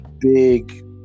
big